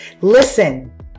Listen